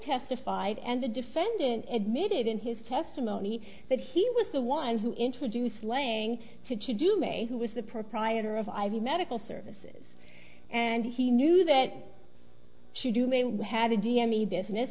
testified and the defendant admitted in his testimony that he was the one who introduced laying to do may who was the proprietor of i v medical services and he knew that she do may